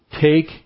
Take